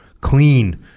clean